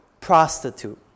Prostitute